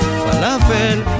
falafel